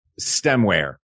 stemware